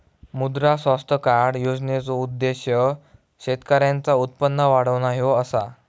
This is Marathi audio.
मुद्रा स्वास्थ्य कार्ड योजनेचो उद्देश्य शेतकऱ्यांचा उत्पन्न वाढवणा ह्यो असा